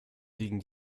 liegen